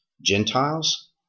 Gentiles